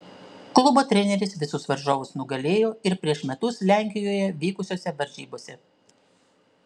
klubo treneris visus varžovus nugalėjo ir prieš metus lenkijoje vykusiose varžybose